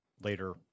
later